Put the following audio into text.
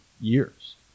years